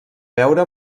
veure